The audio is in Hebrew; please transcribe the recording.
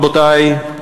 רבותי,